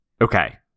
Okay